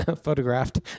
Photographed